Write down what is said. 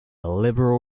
liberal